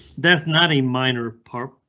that's not a minor part,